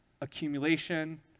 accumulation